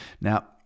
Now